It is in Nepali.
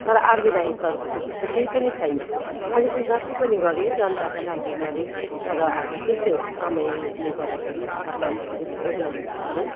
तर आरबी राई सरको चाहिँ त्यस्तो केही पनि छैन उहाँले चाहिँ जति पनि गरे जनताकै लागि गरे तर अब त्यस्तै हो समयले गर्दाखेरि सरलाई अलिकति ओझल हुनु पर्यो